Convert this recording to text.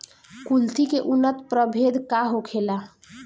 कुलथी के उन्नत प्रभेद का होखेला?